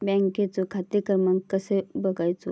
बँकेचो खाते क्रमांक कसो बगायचो?